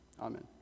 amen